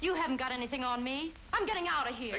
you haven't got anything on me i'm getting out of here